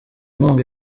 nkunga